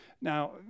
Now